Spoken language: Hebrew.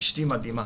אשתי מדהימה.